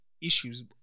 issues